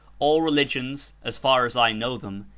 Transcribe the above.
all religions, as far as i know them,